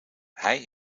hij